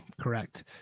correct